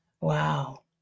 Wow